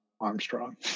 Armstrong